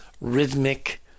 rhythmic